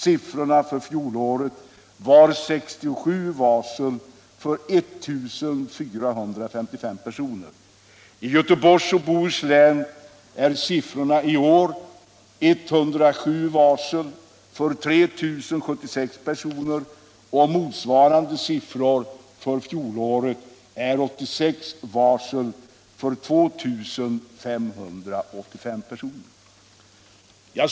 Siffrorna för fjolåret var 67 varsel för 1455 personer. I Göteborgs och Bohus län är siffrorna i år 107 varsel för 3 076 personer, och motsvarande siffror för fjolåret var 86 varsel för 2585 personer.